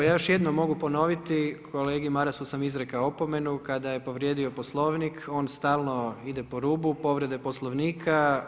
Ja još jednom mogu ponoviti, kolegi Marasu sam izrekao opomenu kada je povrijedio Poslovnik, on stalno ide po rubu povrede Poslovnika.